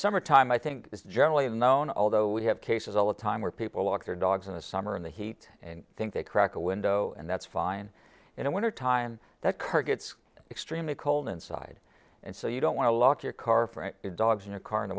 summer time i think it's generally unknown although we have cases all the time where people walk their dogs in the summer in the heat and think they crack a window and that's fine in the wintertime that car gets extremely cold inside and so you don't want to lock your car for dogs in a car in the